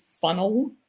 funnel